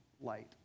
light